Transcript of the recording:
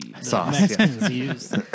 Sauce